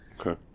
Okay